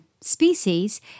species